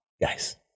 Guys